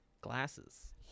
Glasses